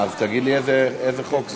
אז תגיד לי איזה חוק זה.